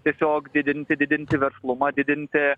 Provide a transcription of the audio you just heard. tiesiog didinti didinti verslumą didinti